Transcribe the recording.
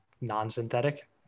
non-synthetic